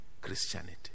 Christianity